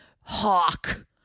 hawk